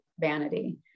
vanity